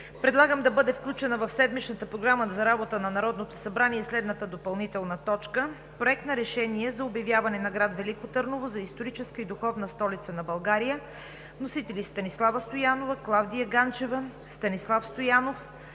предлагам да бъде включена в седмичната програма за работа на Народното събрание следната допълнителна точка: Проект на решение за обявяване на град Велико Търново за „Историческа и духовна столица на България“. Вносители са Станислава Стоянова, Клавдия Ганчева, Станислав Стоянов,